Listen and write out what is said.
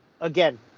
again